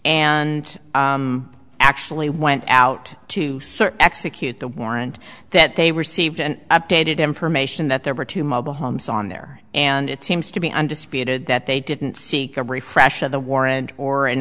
and actually went out to execute the warrant that they received and updated information that there were two mobile homes on there and it seems to be undisputed that they didn't seek a refresh of the warrant or an